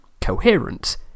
coherent